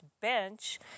bench